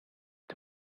the